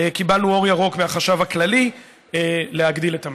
קיבלנו אור ירוק מהחשב הכללי להגדיל את המספר.